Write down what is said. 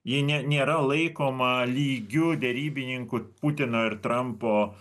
ji nė nėra laikoma lygiu derybininku putino ir trampo